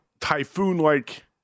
typhoon-like